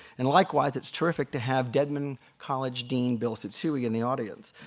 and likewise it's terrific to have dedman college dean bill tsutsui in the audience,